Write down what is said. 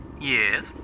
Yes